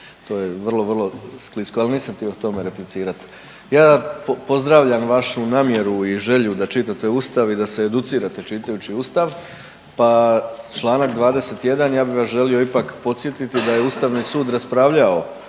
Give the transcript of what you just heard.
To je vrlo, vrlo sklisko, ali nisam htio o tome replicirati. Ja pozdravljam vašu namjeru i želju da čitate Ustav i da se educirate čitajući Ustav pa čl. 21, ja bih vas želio ipak podsjetiti da je Ustavni sud raspravljao